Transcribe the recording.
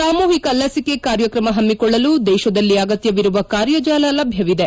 ಸಾಮೂಹಿಕ ಲಸಿಕೆ ಕಾರ್ಯಕ್ರಮ ಹಮ್ಮಿಕೊಳ್ಳಲು ದೇಶದಲ್ಲಿ ಅಗತ್ವವಿರುವ ಕಾರ್ಯಜಾಲ ಲಭ್ವವಿದೆ